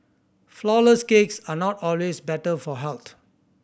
flourless cakes are not always better for health